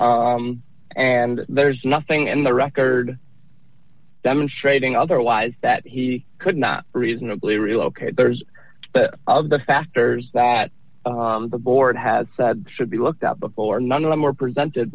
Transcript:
s and there's nothing in the record demonstrating otherwise that he could not reasonably relocate there's of the factors that the board has said should be looked at before none of them were presented